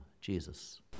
Jesus